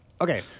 Okay